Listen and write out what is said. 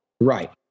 Right